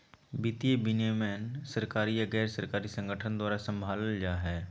वित्तीय विनियमन सरकारी या गैर सरकारी संगठन द्वारा सम्भालल जा हय